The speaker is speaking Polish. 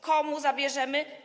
Komu zabierzemy?